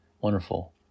Wonderful